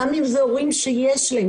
גם אם זה הורים שיש להם.